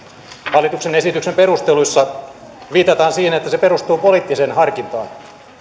hallituksen esityksen perusteluissa viitataan siihen että se perustuu poliittiseen harkintaan